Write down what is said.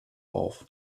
auf